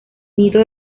nido